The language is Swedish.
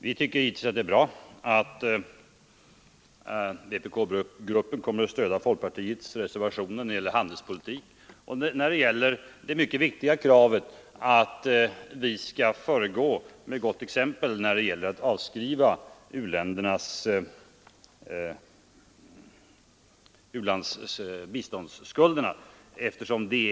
Vi tycker givetvis att det är bra att vpk-gruppen kommer att stödja folkpartiets reservationer när det gäller handelspolitik och det mycket viktiga kravet att vi skall föregå med gott exempel i fråga om att avskriva u-ländernas biståndsskulder.